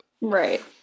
right